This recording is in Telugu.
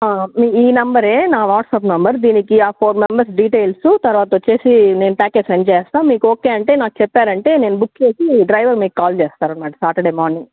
ఈ నంబరే నా వాట్సాప్ నంబరు దీనికి ఆ ఫోర్ మెంబర్స్ డీటెయిల్స్ తర్వాత వచ్చి నేను ప్యాకేజ్ సెండ్ చేస్తా మీకు ఓకే అంటే నాకు చెప్పారంటే నేను బుక్ చేసి డ్రైవర్ మీకు కాల్ చేస్తారు అన్నమాట సాటర్డే మార్నింగ్